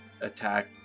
attack